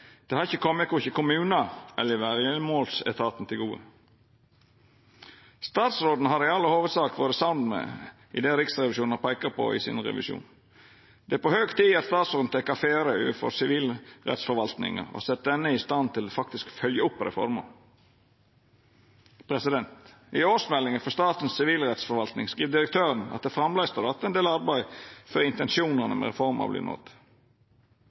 Det har ikkje kome korkje kommunane eller verjemålsetaten til gode. Statsråden har i all hovudsak vore samd i det Riksrevisjonen har peika på i revisjonen sin. Det er på høg tid at statsråden tek affære overfor sivilrettsforvaltninga og set denne i stand til faktisk å følgja opp reforma. I årsmeldinga til Statens sivilrettsforvaltning skriv direktøren at det framleis står att ein del arbeid før intensjonane med reforma vert nådd.